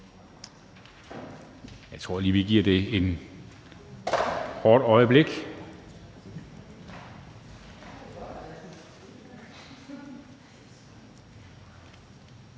Jeg tror lige, vi giver det et øjeblik.